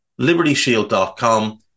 libertyshield.com